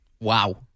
Wow